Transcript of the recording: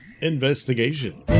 investigation